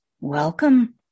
Welcome